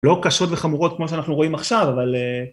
לא קשות וחמורות כמו שאנחנו רואים עכשיו, אבל...